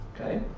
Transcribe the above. Okay